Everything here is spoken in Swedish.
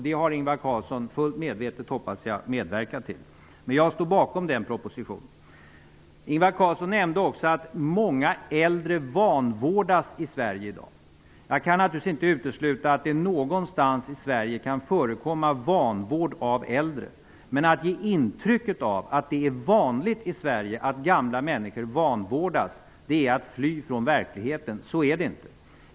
Det har Ingvar Carlsson fullt medvetet, hoppas jag, medverkat till. Jag står bakom den propositionen. Ingvar Carlsson nämnde också att många äldre vanvårdas i Sverige i dag. Jag kan naturligtvis inte utesluta att det någonstans i Sverige kan förekomma vanvård av äldre. Men att ge intrycket av att det är vanligt i Sverige att gamla människor vanvårdas är att fly från verkligheten. Så är det inte.